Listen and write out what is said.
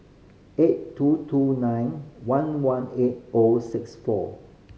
eight two two nine one one eight O six four